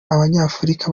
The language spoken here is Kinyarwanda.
abanyafurika